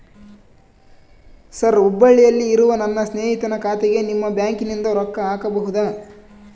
Sir ಹುಬ್ಬಳ್ಳಿಯಲ್ಲಿ ಇರುವ ನನ್ನ ಸ್ನೇಹಿತನ ಖಾತೆಗೆ ನಿಮ್ಮ ಬ್ಯಾಂಕಿನಿಂದ ರೊಕ್ಕ ಹಾಕಬಹುದಾ?